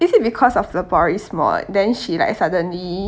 is it because of la porris mod then she like suddenly